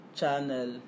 channel